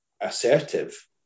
assertive